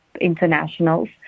internationals